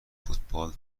فوتبال